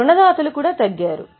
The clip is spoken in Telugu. రుణదాతలు కూడా తగ్గారు